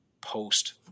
post